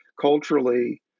culturally